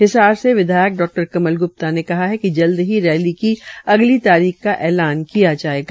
हिसार से विधायक डा कमल ग्प्ता ने कहा कि जल्द ही अगली तारीख का ऐलान किया जायेगा